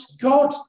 God